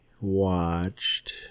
watched